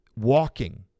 Walking